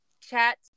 chat